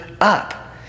up